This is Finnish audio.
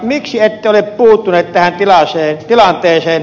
miksi ette ole puuttunut tähän tilanteeseen